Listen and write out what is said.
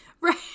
Right